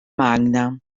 magna